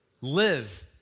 live